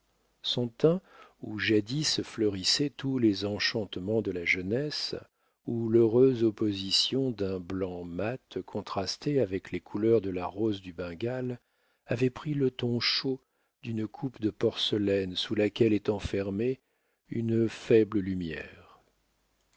son teint où jadis fleurissaient tous les enchantements de la jeunesse où l'heureuse opposition d'un blanc mat contrastait avec les couleurs de la rose du bengale avait pris le ton chaud d'une coupe de porcelaine sous laquelle est enfermée une faible lumière